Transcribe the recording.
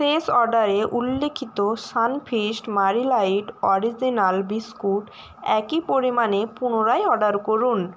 শেষ অর্ডারে উল্লেখিত Sunfeast Marie light original biscuit একই পরিমাণে পুনরায় অর্ডার করুন